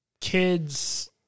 kids